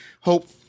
hope